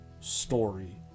story